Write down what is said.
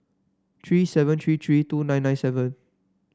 three seven three three two nine nine seven